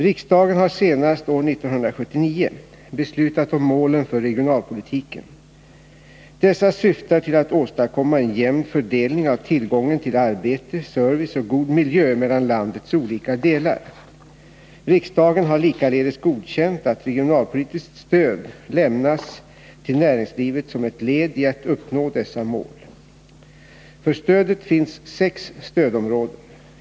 Riksdagen har senast år 1979 beslutat om målen för regionalpolitiken. Dessa syftar till att åstadkomma en jämn fördelning av tillgången till arbete, service och god miljö mellan landets olika delar. Riksdagen har likaledes godkänt att regionalpolitiskt stöd lämnas till näringslivet som ett led i att uppnå dessa mål. För stödet finns sex stödområden.